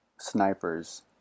Snipers